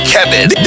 Kevin